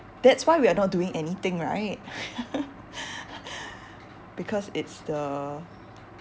that's why we are not doing anything right because it's the